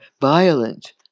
violent